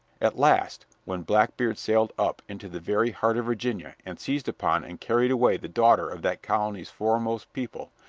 at last, when blackbeard sailed up into the very heart of virginia, and seized upon and carried away the daughter of that colony's foremost people,